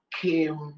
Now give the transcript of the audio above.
came